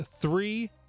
three